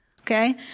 Okay